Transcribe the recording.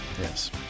Yes